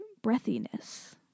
breathiness